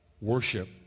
Worship